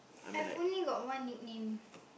I have only got one nickname